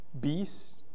beasts